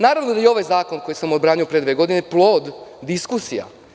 Naravno da i ovaj zakon koji sam odbranio pre dve godine je plod diskusija.